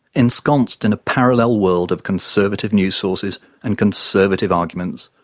ensconced in a parallel world of conservative news sources and conservative arguments,